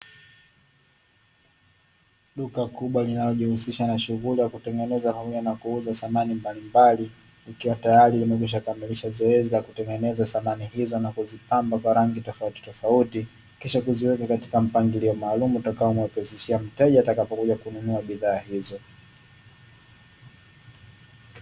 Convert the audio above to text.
Duka kubwa linalojihusisha na shughuli ya kutengeneza pamoja na kuuza samani mbalimbali, ikiwa tayari imekwisha kamilisha zoezi la kutengeneza samani hizo na kuzipamba kwa rangi tofautitofauti, kisha kuziweka katika mpangilio maalumu utakao mrahisishia mteja atakapokuja kununua bidhaa hizo.